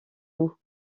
loups